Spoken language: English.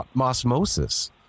osmosis